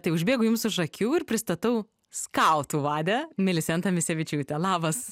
tai užbėgu jums už akių ir pristatau skautų vadę milisentą misevičiūtę labas